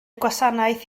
gwasanaeth